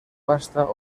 pasta